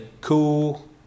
cool